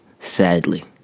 sadly